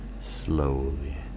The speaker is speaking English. slowly